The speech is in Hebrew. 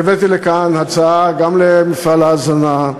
הבאתי לכאן הצעה גם לגבי מפעל ההזנה,